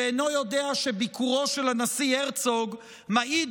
שאינו יודע שביקורו של הנשיא הרצוג מעיד